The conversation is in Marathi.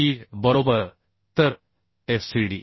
MPa बरोबर तर FCD